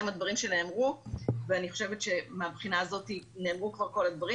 עם הדברים שנאמרו ואני חושבת שמהבחינה הזאת נאמרו כבר כל הדברים,